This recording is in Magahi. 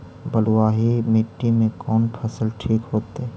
बलुआही मिट्टी में कौन फसल ठिक होतइ?